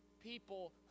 people